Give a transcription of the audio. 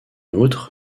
outre